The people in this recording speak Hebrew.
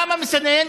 למה מסנן?